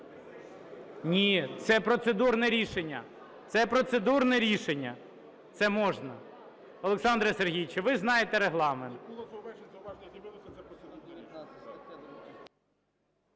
це процедурне рішення, це можна. Олександре Сергійовичу, ви знаєте Регламент.